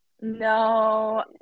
No